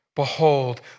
Behold